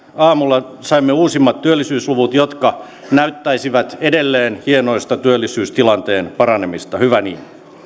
aamulla saimme uusimmat työllisyysluvut jotka näyttäisivät edelleen hienoista työllisyystilanteen paranemista hyvä niin